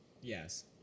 Yes